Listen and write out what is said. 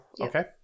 Okay